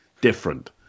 different